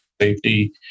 safety